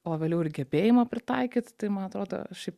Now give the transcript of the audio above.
o vėliau ir gebėjimą pritaikyt tai man atrodo ši